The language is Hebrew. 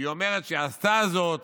שאומרת שעשתה זאת